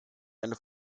eine